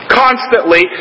constantly